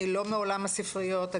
אני לא מעולם הספריות,